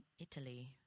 Italy